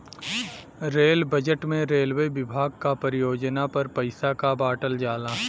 rail budget में railway विभाग क परियोजना पर पइसा क बांटल जाला